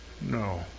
No